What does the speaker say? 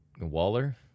Waller